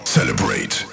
Celebrate